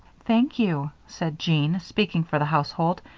thank you, said jean, speaking for the household.